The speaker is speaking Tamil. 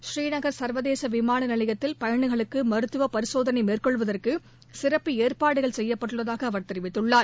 ஸ்ரீநகா் சா்வதேச விமான நிலையத்தில் பயணிகளுக்கு மருத்துவ பரிசோதனை மேற்கொற்வதற்கு சிறப்பு ஏற்பாடுகள் செய்யப்பட்டுள்ளதாக அவர் தெரிவித்துள்ளார்